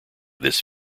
this